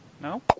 No